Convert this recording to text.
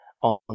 on